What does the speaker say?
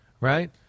right